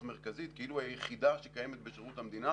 מרכזית כאילו היא היחידה שקיימת בשירות המדינה.